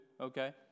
okay